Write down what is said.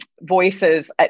voices